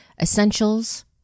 essentials